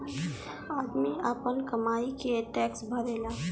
आदमी आपन कमाई के टैक्स भरेला